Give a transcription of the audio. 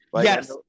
Yes